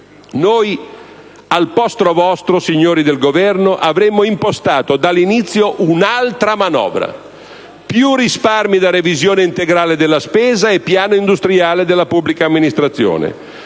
Noi, al posto vostro, signori del Governo, avremmo impostato sin dall'inizio un'altra manovra: più risparmi da revisione integrale della spesa e piano industriale della pubblica amministrazione,